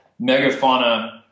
megafauna